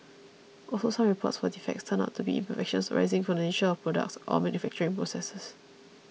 also some reports for defects turned out to be imperfections arising from the nature of the products or manufacturing processes